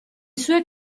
sue